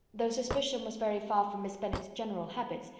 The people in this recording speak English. though suspicion was very far from miss bennet's general habits,